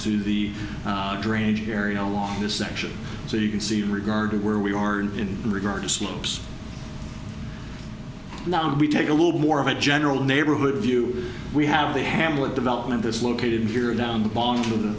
to the drainage area along this section so you can see regarding where we are in regard to slopes now we take a little bit more of a general neighborhood view we have the hamlet development is located here down the bomb to the